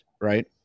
right